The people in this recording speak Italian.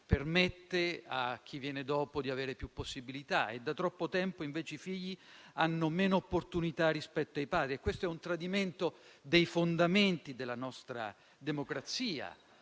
permette a chi viene dopo di avere più possibilità e da troppo tempo i figli hanno invece meno opportunità rispetto ai padri: questo è un tradimento dei fondamenti della nostra democrazia